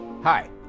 Hi